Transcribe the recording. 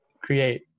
create